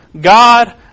God